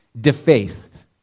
defaced